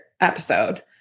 episode